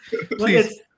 Please